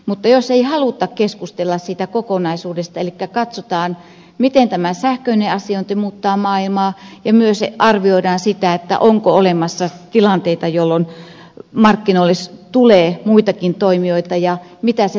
mutta ilmeisesti ei haluta keskustella siitä kokonaisuudesta elikkä katsoa miten tämä sähköinen asiointi muuttaa maailmaa ja myös arvioida sitä onko olemassa tilanteita jolloin markkinoille tulee muitakin toimijoita ja mitä se tarkoittaa